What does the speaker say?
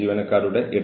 തെറ്റായ ആരോപണം